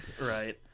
Right